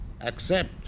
accept